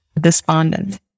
despondent